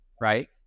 right